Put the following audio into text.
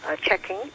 checking